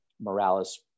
Morales